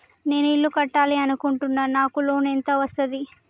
నేను ఇల్లు కట్టాలి అనుకుంటున్నా? నాకు లోన్ ఎంత వస్తది?